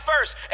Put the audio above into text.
first